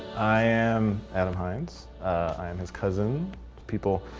i am adam hines i am his cousin people.